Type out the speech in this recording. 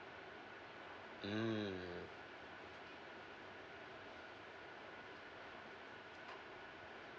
mm